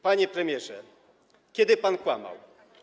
Panie premierze, kiedy pan kłamał?